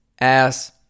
Ass